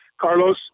Carlos